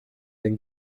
den